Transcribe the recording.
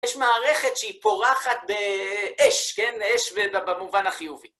יש מערכת שהיא פורחת באש, כן? אש במובן החיובי.